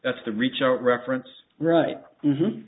that's the reach out reference right